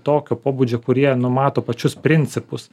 tokio pobūdžio kurie numato pačius principus